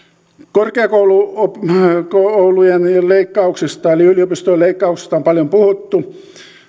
korkeakoulujen leikkauksista eli yliopistojen leikkauksista on paljon puhuttu